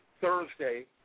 Thursday